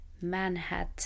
Manhattan